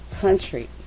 country